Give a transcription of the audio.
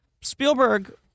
Spielberg